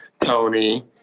Tony